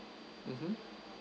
mmhmm